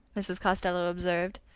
mrs. costello observed.